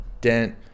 dent